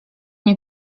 nie